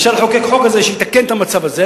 אפשר לחוקק חוק כזה שיתקן את המצב הזה,